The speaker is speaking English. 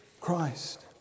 Christ